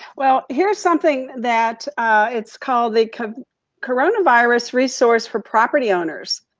well, here's something that it's called the coronavirus resource for property owners.